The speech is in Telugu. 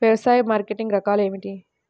వ్యవసాయ మార్కెటింగ్ రకాలు ఏమిటి?